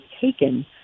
taken